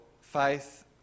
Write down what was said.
faith